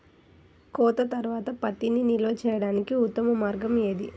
కోత తర్వాత పత్తిని నిల్వ చేయడానికి ఉత్తమ మార్గం ఏది?